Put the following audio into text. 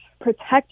protect